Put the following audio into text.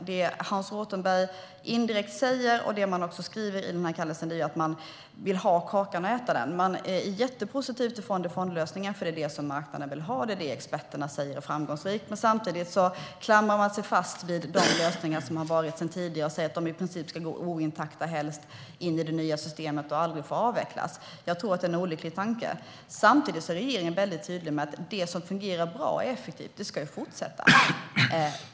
Det Hans Rothenberg indirekt säger och det man också skriver i den här kallelsen är att man vill både ha kakan kvar och äta den. Man är jättepositiv till fond-i-fond-lösningar, för det är det som marknaden vill ha, och det är det experterna säger är framgångsrikt. Men samtidigt klamrar man sig fast vid de lösningar som funnits sedan tidigare och säger att de i princip helst ska gå intakta in i det nya systemet och aldrig få avvecklas. Jag tror att det är en olycklig tanke. Samtidigt är regeringen väldigt tydlig med att det som fungerar bra och är effektivt ska fortsätta.